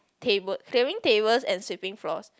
table clearing tables and sweeping floors